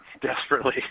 desperately